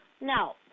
No